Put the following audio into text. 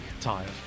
Tired